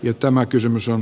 nyt tämä kysymys on